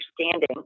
understanding